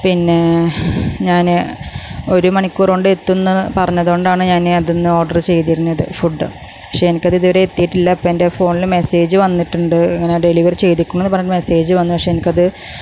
പിന്നെ ഞാൻ ഒരു മണിക്കൂർ കൊണ്ട് എത്തുമെന്ന് പറഞ്ഞതുകൊണ്ടാണ് ഞാൻ അതിൽ നിന്ന് ഓർഡർ ചെയ്തിരുന്നത് ഫുഡ് പക്ഷെ പക്ഷെ എനിക്കത് ഇതു വരെ എത്തിയിട്ടില്ല ഇപ്പം എൻ്റെ ഫോണിൽ മെസ്സേജ് വന്നിട്ടുണ്ട് ഇങ്ങനെ ഡെലിവറി ചെയ്തേക്കുമെന്ന് പറഞ്ഞൊരു മെസ്സേജ് വന്നു പക്ഷെ എനിക്കത്